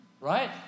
right